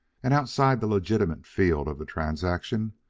and outside the legitimate field of the transaction,